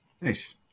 Nice